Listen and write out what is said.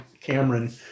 Cameron